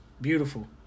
beautiful